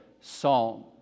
psalm